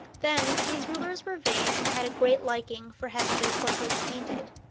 then, these rulers were vain and had a great liking for having their portraits painted.